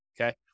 okay